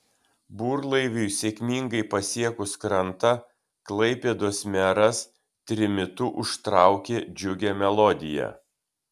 burlaiviui sėkmingai pasiekus krantą klaipėdos meras trimitu užtraukė džiugią melodiją